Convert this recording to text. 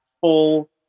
full